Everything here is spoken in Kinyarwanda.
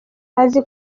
azi